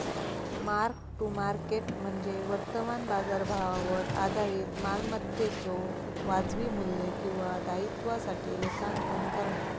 mark to market म्हणजे वर्तमान बाजारभावावर आधारित मालमत्तेच्यो वाजवी मू्ल्य किंवा दायित्वासाठी लेखांकन करणा